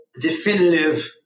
definitive